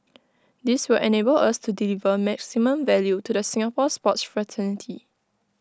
this will enable us to deliver maximum value to the Singapore sports fraternity